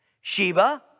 Sheba